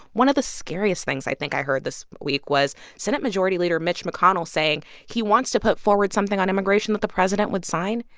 one of the scariest things, i think, i heard this week was senate majority leader mitch mcconnell saying he wants to put forward something on immigration that the president would sign,